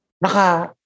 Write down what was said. naka